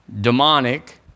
demonic